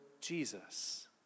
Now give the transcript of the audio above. Jesus